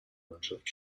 mannschaft